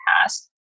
past